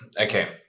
Okay